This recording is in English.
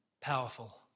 Powerful